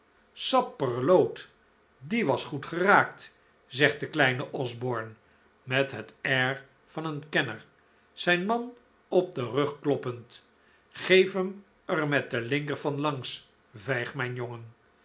sapperloot die was goed geraakt zegt de kleine osborne met het air van een kenner zijn man op den rug kloppend geef hem er met den linker van langs vijg mijn jongen